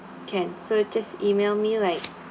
can so just email me like